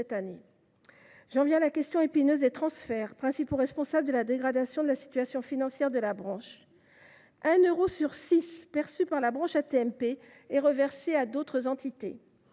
J’en viens à la question épineuse des transferts, principaux responsables de la dégradation de la situation financière de la branche. En effet, un euro sur six perçus par la branche AT MP est reversé à d’autres entités.